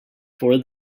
for